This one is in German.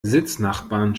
sitznachbarn